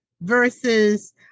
versus